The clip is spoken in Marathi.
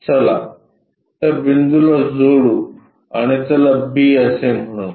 चला त्या बिंदूला जोडू आणि त्याला b असे म्हणू